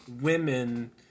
women